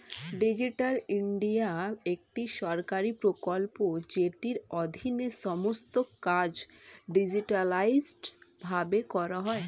digital India একটি সরকারি প্রকল্প যেটির অধীনে সমস্ত কাজ ডিজিটালাইসড ভাবে করা হয়